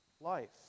life